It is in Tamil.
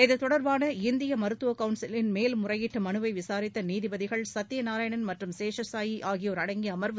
இத்தொடர்பாள இந்திய மருத்துவ கவுன்சிலின் மேல்முறையீட்டு மனுவை விசாரித்த நீதிபதிகள் சத்தியநாராயணன் மற்றும் சேஷசாயி ஆகியோர் அடங்கிய அமர்வு